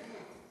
לכי, לכי.